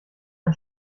ein